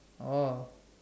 oh